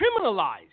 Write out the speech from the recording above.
criminalized